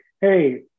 hey